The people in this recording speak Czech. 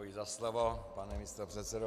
Děkuji za slovo, pane místopředsedo.